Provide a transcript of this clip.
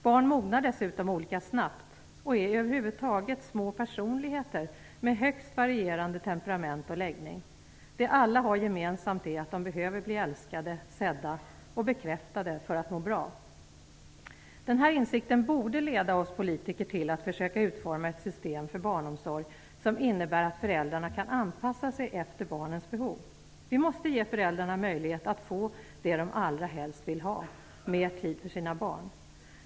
Barn mognar dessutom olika snabbt och är över huvud taget små personligheter, med högst varierande temperament och läggning. Det alla har gemensamt är att de behöver bli älskade, sedda och bekräftade för att må bra. Den här insikten borde leda oss politiker till att försöka utforma ett system för barnomsorg som innebär att föräldrarna kan anpassa sig efter barnens behov. Vi måste ge föräldrarna möjlighet att få det som de allra helst vill ha: mer tid för sina barn.